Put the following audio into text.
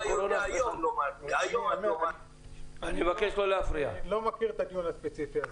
אני לא מכיר את הדיון הספציפי הזה.